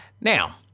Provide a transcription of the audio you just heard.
Now